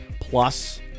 plus